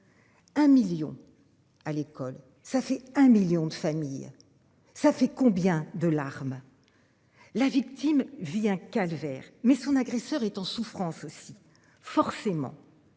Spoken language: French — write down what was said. Un million à l'école, ça fait un million de familles. Ça fait combien de larmes. La victime, vit un calvaire. Mais son agresseur est en souffrance aussi forcément.